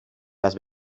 las